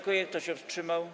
Kto się wstrzymał?